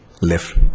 left